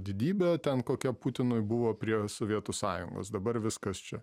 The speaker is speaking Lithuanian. didybė ten kokia putinui buvo prie sovietų sąjungos dabar viskas čia